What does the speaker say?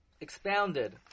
expounded